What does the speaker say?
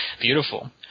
Beautiful